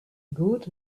good